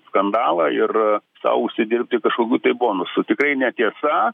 skandalą ir sau užsidirbti kažkokių tai bonusų tikrai netiesa